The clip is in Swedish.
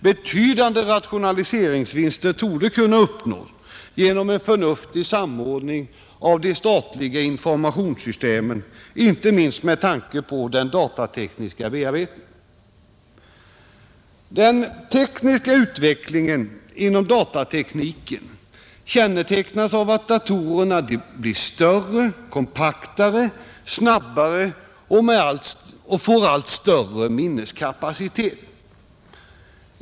Betydande rationaliseringsvinster torde kunna uppnås genom en förnuftig samordning av de statliga informationssystemen, inte minst med tanke på den datatekniska bearbetningen. Den tekniska utvecklingen inom datatekniken kännetecknas av att datorerna blir större, kompaktare, snabbare och får allt större minneskapacitet.